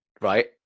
Right